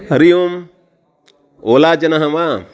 हरिः ओम् ओला जनः वा